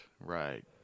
right